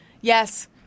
Yes